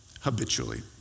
habitually